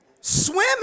Swimming